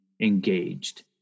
engaged